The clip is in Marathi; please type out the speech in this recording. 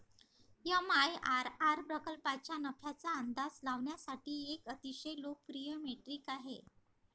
एम.आय.आर.आर प्रकल्पाच्या नफ्याचा अंदाज लावण्यासाठी एक अतिशय लोकप्रिय मेट्रिक आहे